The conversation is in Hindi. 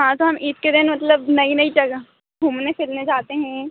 हाँ तो हम ईद के दिन मतलब नई नई जगह घूमने फिरने जाते हैं